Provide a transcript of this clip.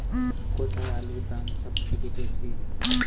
কোথায় আলুর দাম সবথেকে বেশি?